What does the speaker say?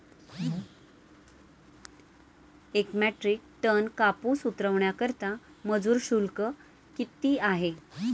एक metric ton कापूस उतरवण्याकरता मजूर शुल्क किती आहे?